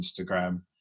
Instagram